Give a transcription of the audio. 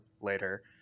later